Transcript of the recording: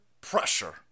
pressure